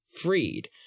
freed